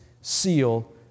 seal